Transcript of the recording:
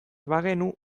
bagenu